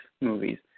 movies